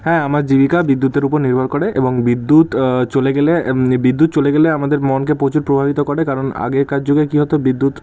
হ্যাঁ আমার জীবিকা বিদ্যুতের উপর নির্ভর করে এবং বিদ্যুৎ চলে গেলে বিদ্যুৎ চলে গেলে আমাদের মনকে প্রচুর প্রভাবিত করে কারণ আগেকার যুগে কী হত বিদ্যুৎ